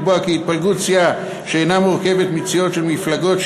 לקבוע כי התפלגות סיעה שאינה מורכבת מצירוף של מפלגות,